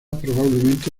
probablemente